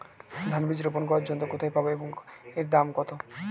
ধান বীজ রোপন করার যন্ত্র কোথায় পাব এবং এর দাম কত?